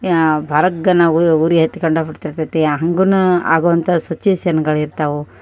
ಯಾ ಭರಗ್ಗನೇ ಉರಿ ಹತ್ಕೋಂಡು ಬಿಡ್ತಿರ್ತದೆ ಹಾಗೂನೂ ಆಗುವಂಥ ಸಿಚುಯೇಷನ್ಗಳು ಇರ್ತವೆ